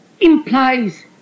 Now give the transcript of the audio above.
implies